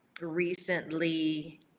Recently